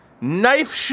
knife